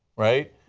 right?